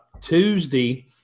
Tuesday –